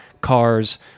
cars